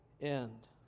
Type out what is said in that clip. end